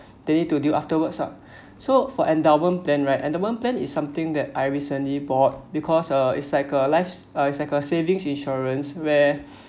they need to do afterwards ah so for endowment plan right endowment plan is something that I recently bought because uh it's cycle lives uh cycle savings insurance where